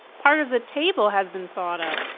part of the table has been sawed out.